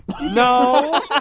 No